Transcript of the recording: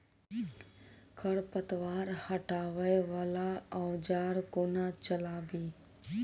खरपतवार हटावय वला औजार केँ कोना चलाबी?